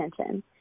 attention